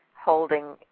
holding